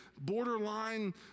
borderline